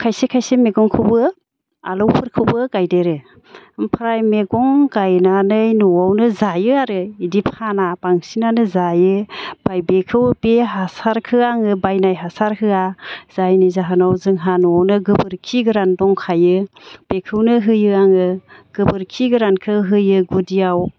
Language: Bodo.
खायसे खायसे मैगंखौबो आलौफोरखौबो गायदेरो ओमफ्राय मैगं गायनानै न'आवनो जायो आरो इदि फाना बांसिनानो जायो ओमफाय बेखौ बे हासारखो आङो बायनाय हासार होआ जायनि जाहोनाव जोंहा न'आनो गोबोरखि गोरान दंखायो बेखौनो होयो आङो गोबोरखि गोरानखौ होयो गुदियाव